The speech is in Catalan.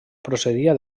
procedia